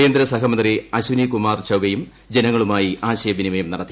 കേന്ദ്രസഹമന്ത്രി അശ്വനികുമാർ ചൌഉബ്യും ജനങ്ങളുമായി ആശയവിനിമയം നടത്തി